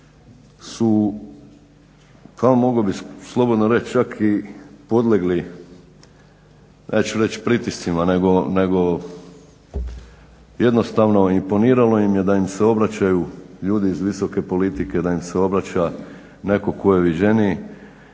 su kao mogao bih slobodno reći čak i podlegli neću reći pritiscima nego jednostavno imponiralo im je da im se obraćaju ljudi iz visoke politike, da im se obraća netko tko je viđeniji